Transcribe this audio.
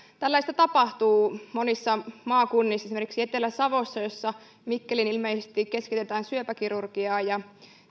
tällaista tapahtuu monissa maakunnissa esimerkiksi etelä savossa jossa mikkeliin ilmeisesti keskitetään syöpäkirurgiaa ja